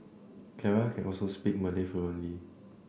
Clara can also speak Malay fluently